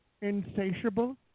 insatiable